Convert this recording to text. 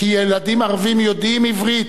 כי ילידם ערבים יודעים עברית,